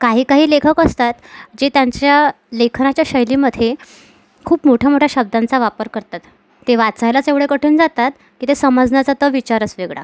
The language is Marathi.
काही काही लेखक असतात जे त्यांच्या लेखनाच्या शैलीमधे खूप मोठ्या मोठ्या शब्दांचा वापर करतात ते वाचायलाच एवढे कठीण जातात तिथे समजण्याचा तर विचारच वेगळा